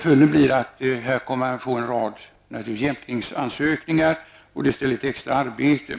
Följden blir att vi kommer att få en rad jämkningsansökningar som ställer till extra arbete,